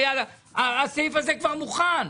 הסעיף הזה כבר מוכן,